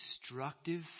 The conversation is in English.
destructive